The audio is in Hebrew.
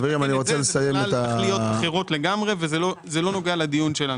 זה לא נוגע לדיון שלנו.